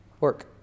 Work